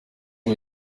ngo